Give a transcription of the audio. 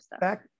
back